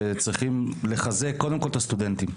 צריך לחזק קודם כול את הסטודנטים.